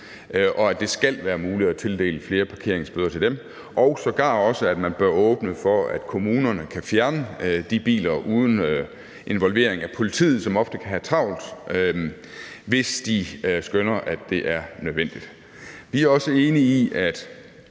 og at det skal være muligt at tildele flere parkeringsbøder til dem, og sågar også, at man bør åbne for, at kommunerne kan fjerne de biler – uden involvering af politiet, som ofte kan have travlt – hvis de skønner, at det er nødvendigt. Vi er også enige i, at